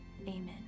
amen